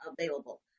available